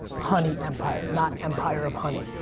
honey empire not empire of honey.